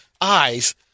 eyes